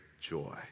joy